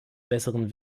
besseren